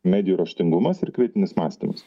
medijų raštingumas ir kritinis mąstymas